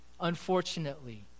Unfortunately